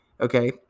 okay